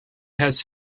has